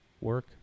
work